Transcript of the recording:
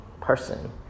person